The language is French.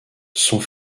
sont